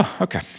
Okay